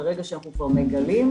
ברגע שאנחנו כבר מגלים,